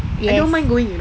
I don't mind going you know